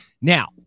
Now